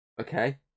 Okay